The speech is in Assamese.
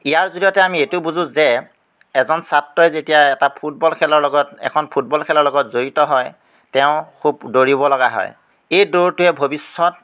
ইয়াৰ জৰিয়তে আমি এইটো বুজোঁ যে এজন ছাত্ৰই যেতিয়া এটা ফুটবল খেলৰ লগত এখন ফুটবল খেলৰ লগত জড়িত হয় তেওঁ খুব দৌৰিব লগা হয় এই দৌৰটোৱে ভৱিষ্যত